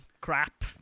crap